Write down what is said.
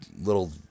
little